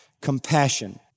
Compassion